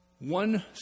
One